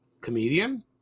comedian